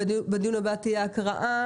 בדיון הבא תהיה הקראה,